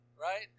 right